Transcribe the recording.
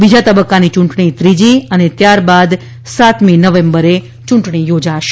બીજા તબક્કાની યૂંટણી ત્રીજી અને ત્યાર બાદ સાતમી નવેમ્બરે ચૂંટણી યોજાશે